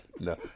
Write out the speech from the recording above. No